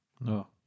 No